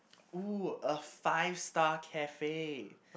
!oo! a five star cafe